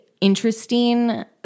interesting